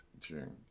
June